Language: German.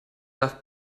darf